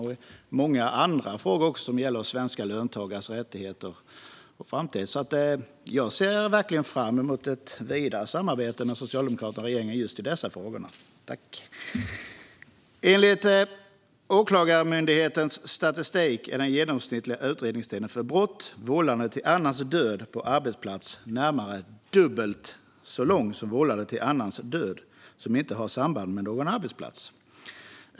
Det gäller även i många andra frågor som har med svenska löntagares rättigheter och framtid att göra. Jag ser därför verkligen fram emot ett vidare samarbete med Socialdemokraterna och regeringen i just dessa frågor. Enligt Åklagarmyndighetens statistik är den genomsnittliga utredningstiden för brottet vållande till annans död på arbetsplats närmare dubbelt så lång som vållande till annans död som inte har samband med någon arbetsplats.